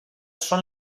són